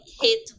hit